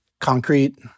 concrete